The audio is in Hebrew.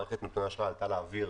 מערכת נתוני האשראי עלתה לאוויר